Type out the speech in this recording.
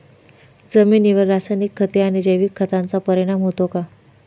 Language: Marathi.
जमिनीवर रासायनिक खते आणि जैविक खतांचा परिणाम होतो का?